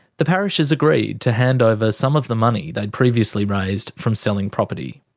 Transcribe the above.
the parishes agreed to hand over some of the money they'd previously raised from selling property.